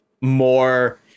more